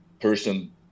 person